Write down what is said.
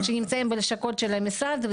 שנמצאים בלשכות של המשרד,